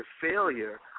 failure